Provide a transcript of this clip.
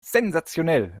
sensationell